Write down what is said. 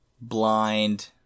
blind